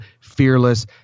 fearless